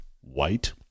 White